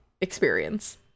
Experience